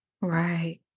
Right